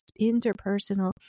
interpersonal